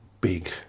big